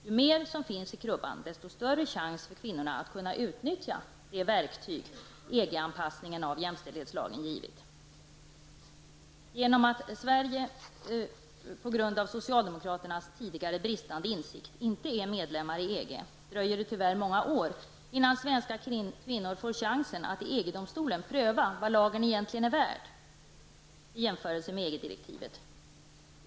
Ju mer som finns i krubban, desto större är chansen för kvinnorna att kunna utnyttja det verktyg som EG-anpassningen av jämställdhetslagen givit. Genom att Sverige på grund av socialdemokraternas tidigare bristande insikt inte är medlem i EG dröjer det tyvärr många år innan svenska kvinnor får chansen att i EG-domstolen pröva vad lagen egentligen är värd i jämförelse med EG-direktivet.